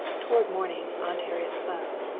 toward morning aunt harriet slept,